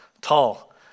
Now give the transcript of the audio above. tall